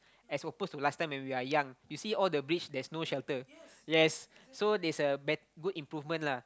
as oppose to last time when we are young you see all the bridge there's no shelter yes so there's a bad good improvement lah